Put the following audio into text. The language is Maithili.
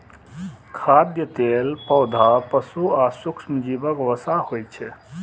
खाद्य तेल पौधा, पशु आ सूक्ष्मजीवक वसा होइ छै